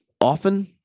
often